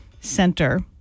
Center